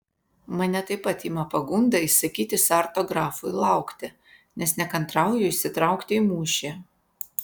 mane taip pat ima pagunda įsakyti sarto grafui laukti nes nekantrauju įsitraukti į mūšį